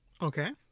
Okay